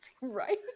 Right